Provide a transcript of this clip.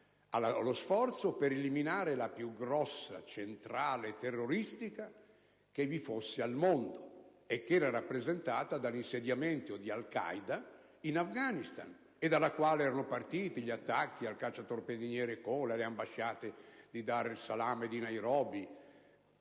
allo sforzo per eliminare la più grande centrale terroristica che vi fosse al mondo, che era rappresentata dall'insediamento di Al Qaeda in Afghanistan, dalla quale erano partiti gli attacchi al cacciatorpediniere Cole, alle ambasciate di Dar es Salaam e di Nairobi,